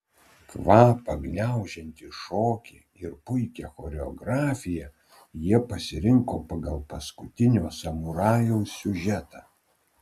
kvapą gniaužiantį šokį ir puikią choreografiją jie pasirinko pagal paskutinio samurajaus siužetą